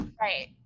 Right